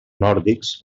nòrdics